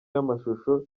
y’amashusho